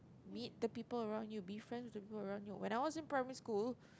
meet the people around you be friends with people around you when I was in primary school